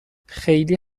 خیلی